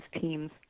teams